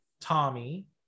Tommy